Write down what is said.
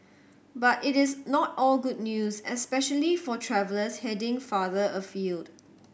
but it is not all good news especially for travellers heading farther afield